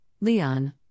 Leon